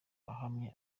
ahamye